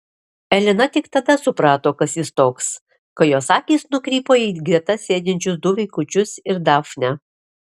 elena tik tada suprato kas jis toks kai jos akys nukrypo į greta sėdinčius du vaikučius ir dafnę